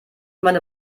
meine